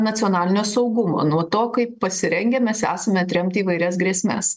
nacionalinio saugumo nuo to kaip pasirengę mes esame atremti įvairias grėsmes